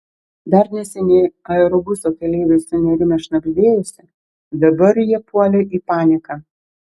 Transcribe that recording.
dar neseniai aerobuso keleiviai sunerimę šnabždėjosi dabar jie puolė į paniką